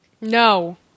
No